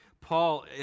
Paul